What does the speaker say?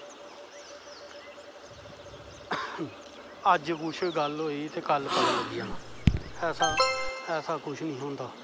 अज्ज कुछ गल्ल होई ते कल पता लग्गी जाना ऐसा कुछ नेई होंदा